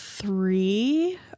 three